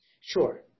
Sure